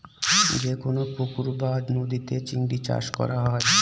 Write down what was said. যেকোনো পুকুর বা নদীতে চিংড়ি চাষ করা হয়